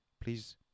Please